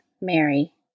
Mary